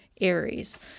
Aries